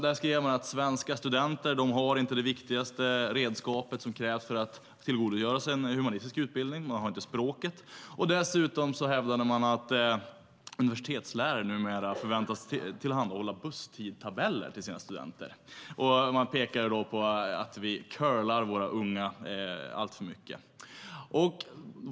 Där skrev man att svenska studenter inte har det viktigaste redskapet för att tillgodogöra sig en humanistisk utbildning. De har nämligen inte språket. Dessutom hävdade man att universitetslärare numera förväntas tillhandahålla busstidtabeller till sina studenter. Man pekade då på att vi curlar våra unga alltför mycket.